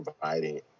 providing